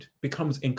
becomes